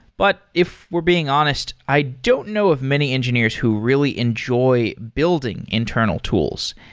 but if we're being honest, i don't know of many engineers who really enjoy building internal tools.